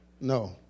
No